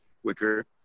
quicker